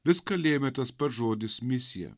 viską lėmė tas pats žodis misija